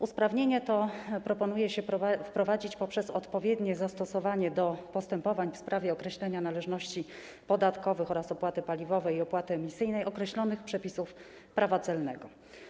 Usprawnienie to proponuje się wprowadzić poprzez odpowiednie zastosowanie do postępowań w sprawie określenia należności podatkowych oraz opłaty paliwowej i opłaty emisyjnej określonych przepisów prawa celnego.